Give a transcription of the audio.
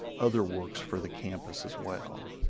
other works for the campus as well.